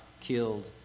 killed